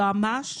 יועמ"ש